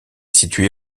situé